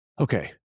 Okay